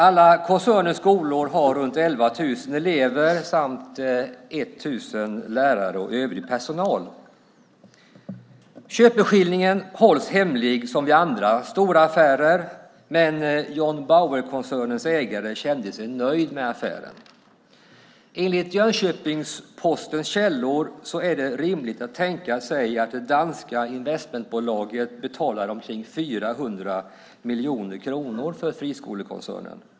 Tillsammans har koncernens skolor runt 11 000 elever samt 1 000 lärare och övrig personal. Köpeskillingen hålls hemlig, som vid andra storaffärer, men John Bauer-koncernens ägare kände sig nöjd med affären. Enligt Jönköpings Postens källor är det rimligt att tänka sig att det danska investmentbolaget betalade omkring 400 miljoner kronor för friskolekoncernen.